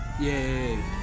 yay